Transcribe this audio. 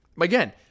again